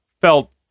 felt